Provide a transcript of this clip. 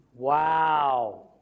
Wow